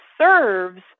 serves